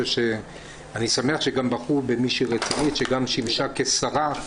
אני שמח שגם בחרו במישהי רצינית שגם שימשה כשרה,